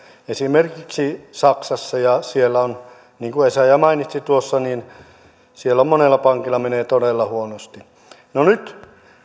esimerkiksi saksassa ja siellä niin kuin essayah mainitsi tuossa monella pankilla menee todella huonosti no nyt